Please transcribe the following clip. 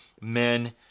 men